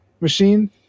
machine